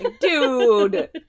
Dude